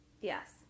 Yes